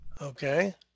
Okay